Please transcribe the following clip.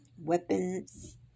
weapons